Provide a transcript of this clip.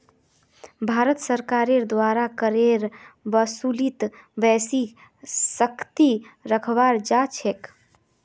भारत सरकारेर द्वारा करेर वसूलीत बेसी सख्ती बरताल जा छेक